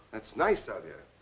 that's nice of you.